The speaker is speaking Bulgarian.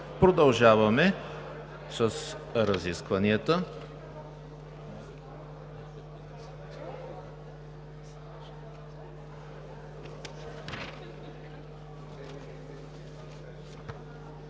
Продължаваме с разискванията.